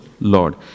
Lord